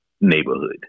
neighborhood